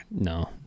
no